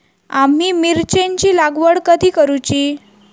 आम्ही मिरचेंची लागवड कधी करूची?